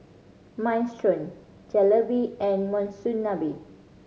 Minestrone Jalebi and Monsunabe